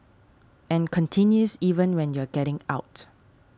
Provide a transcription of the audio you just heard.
and continues even when you're getting out